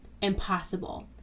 impossible